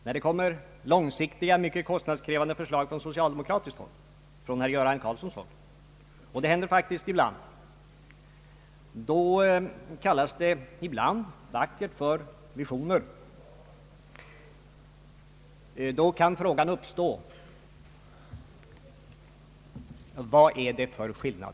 När man från socialdemokratiskt håll lägger fram långsiktiga och mycket kostnadskrävande förslag — det händer ibland — kallas de vackert för visioner. Då kan frågan uppstå: Vad är det för skillnad?